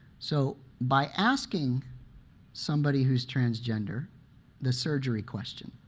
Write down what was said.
so by asking somebody who's transgender the surgery question,